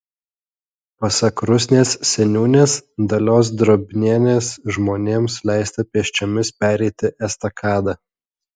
pasak rusnės seniūnės dalios drobnienės žmonėms leista pėsčiomis pereiti estakadą